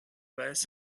weiß